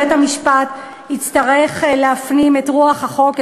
בית-המשפט יצטרך להפנים את רוח החוק,